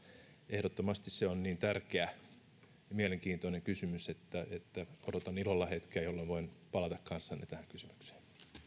ehdottomasti se on niin tärkeä ja mielenkiintoinen kysymys että odotan ilolla hetkeä jolloin voin palata kanssanne tähän kysymykseen